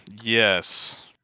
Yes